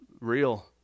real